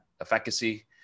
efficacy